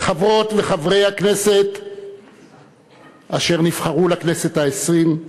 חברות וחברי הכנסת אשר נבחרו לכנסת העשרים,